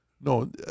no